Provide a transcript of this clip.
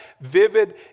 vivid